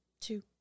two